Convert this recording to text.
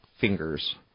fingers